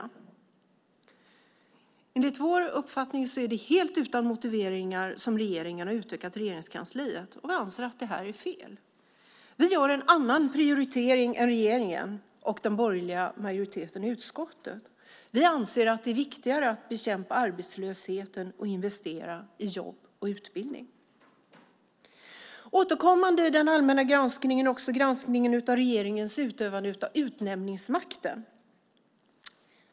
Men enligt vår uppfattning är det helt utan motiveringar som regeringen har utökat Regeringskansliet, och vi anser att det är fel. Vi gör en annan prioritering än regeringen och den borgerliga majoriteten i utskottet. Vi anser att det är viktigare att bekämpa arbetslösheten och investera i jobb och utbildning. Återkommande i den allmänna granskningen är också granskningen av regeringens utövande av utnämningsmakten.